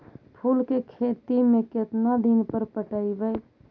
फूल के खेती में केतना दिन पर पटइबै?